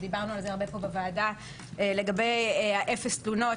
ודיברנו על זה הרבה פה בוועדה על "אפס תלונות".